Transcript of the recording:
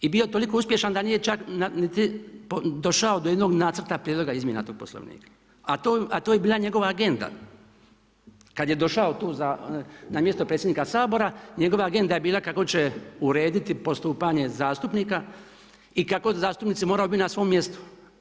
I bio je toliko uspješan da nije čak niti došao do jednog nacrta prijedlog izmjena tog Poslovnika, a to je bila njegova agenda, kada je došao tu na mjesto predsjednika Sabora, njegova agenda je bila kako će urediti postupanje zastupnika i kako zastupnici moraju biti na svome mjestu.